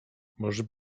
możesz